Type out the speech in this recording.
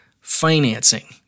financing